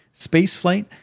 spaceflight